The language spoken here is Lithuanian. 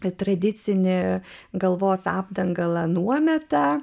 netradicinė galvos apdangalą nuometą